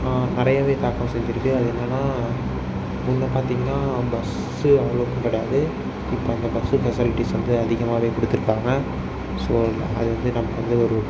நிறையவே தாக்கம் செஞ்சிருக்குது அது என்னென்னா முன்னே பார்த்திங்கன்னா பஸ்ஸு அவ்வளோக்கு கிடையாது இப்போ அந்த பஸ்ஸு ஃபெசலிட்டிஸ் வந்து அதிகமாகவே கொடுத்துருக்காங்க ஸோ அது வந்து நமக்கு வந்து ஒரு